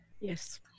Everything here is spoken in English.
Yes